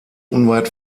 unweit